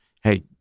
hey